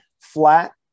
flat